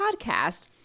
podcast